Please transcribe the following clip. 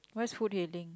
what is food heading